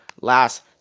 last